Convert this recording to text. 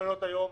למעונות היום,